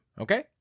Okay